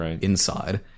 inside